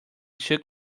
shook